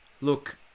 look